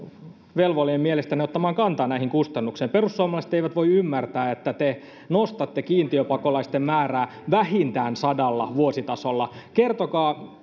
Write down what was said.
velvollinen mielestänne ottamaan kantaa näihin kustannuksiin perussuomalaiset eivät voi ymmärtää että te nostatte kiintiöpakolaisten määrää vähintään sadalla vuositasolla kertokaa